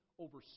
Over